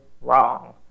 wrong